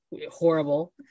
horrible